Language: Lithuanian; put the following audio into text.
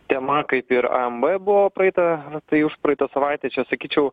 tema kaip ir amb buvo praeitą tai užpraeitą savaitę čia sakyčiau